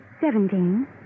Seventeen